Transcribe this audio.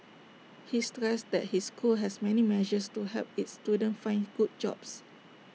he stressed that his school has many measures to help its students find good jobs